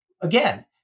Again